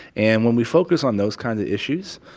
and when we focus on those kinds of issues,